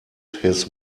his